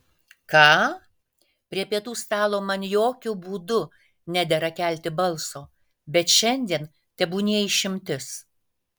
ką prie pietų stalo man jokiu būdu nedera kelti balso bet šiandien tebūnie išimtis